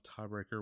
tiebreaker